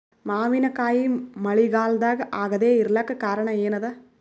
ಮಾವಿನಕಾಯಿ ಮಳಿಗಾಲದಾಗ ಆಗದೆ ಇರಲಾಕ ಕಾರಣ ಏನದ?